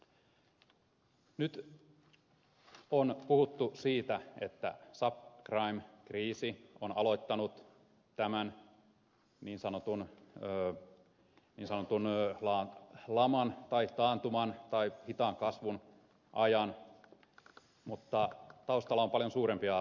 nyt on puhuttu siitä että subprime kriisi on aloittanut tämän niin sanotun laman tai taantuman tai hitaan kasvun ajan mutta taustalla on paljon suurempia asioita